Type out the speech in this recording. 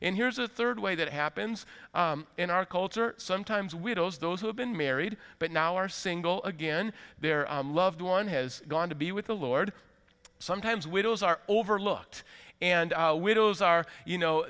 and here's a third way that happens in our culture sometimes widows those who have been married but now are single again their loved one has gone to be with the lord sometimes widows are overlooked and widows are you know